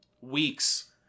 weeks